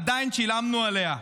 עדיין שילמנו עליה,